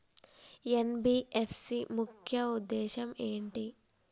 NBFC ముఖ్య ఉద్దేశం ఏంటి?